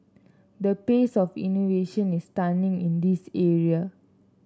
the pace of innovation is stunning in this area